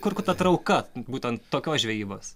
kur ta trauka būtent tokios žvejybos